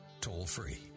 toll-free